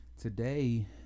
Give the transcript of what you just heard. Today